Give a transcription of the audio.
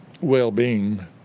well-being